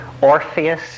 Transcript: Orpheus